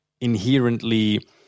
inherently